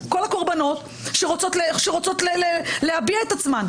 ויפלו פה כל הקורבנות שרוצות להביע את עצמן.